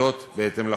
זאת בהתאם לחוק.